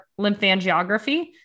lymphangiography